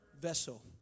vessel